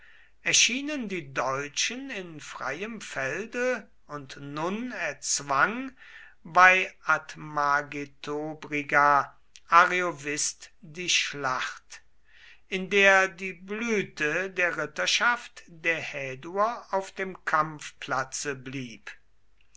erschienen die deutschen in freiem felde und nun erzwang bei admagetobriga ariovist die schlacht in der die blüte der ritterschaft der häduer auf dem kampfplatze blieb